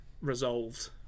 resolved